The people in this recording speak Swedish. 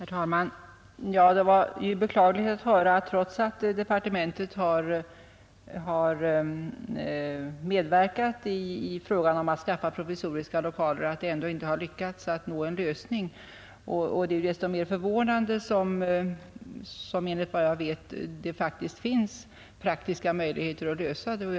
Herr talman! Det var beklagligt att höra att trots att departementet har medverkat i fråga om att skaffa provisoriska lokaler, så har man inte lyckats nå en lösning. Det är desto mer förvånande som, enligt vad jag vet, det ,faktiskt finns praktiska möjligheter att lösa problemet.